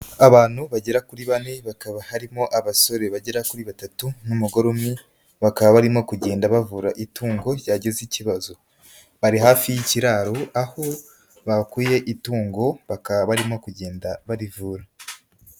Abantu bagera kuri bane, bakaba harimo abasore bagera kuri batatu n'umugore umwe, bakaba barimo kugenda bavura itungo ryagize ikibazo. Bari hafi y'ikiraro aho bakuye itungo bakaba barimo kugenda barivura.